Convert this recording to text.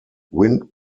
wind